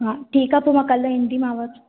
हा ठीकु आहे पोइ मां कल्ह ईंदीमांव